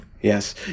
Yes